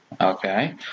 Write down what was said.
Okay